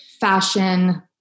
fashion